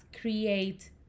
create